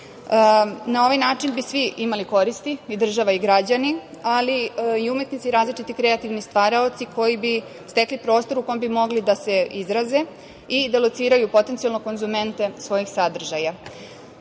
ovaj način bi svi imali koristi i država i građani, ali i umetnici različiti kreativni stvaraoci, koji bi stekli prostor u kom bi mogli da se izraze i da lociraju potencijalne konzumente svoj sadržaja. Kao